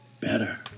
better